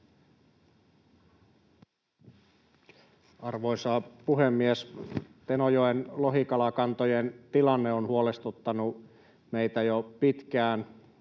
Arvoisa puhemies! Tenojoen lohikalakantojen tilanne on huolestuttanut meitä jo pitkään.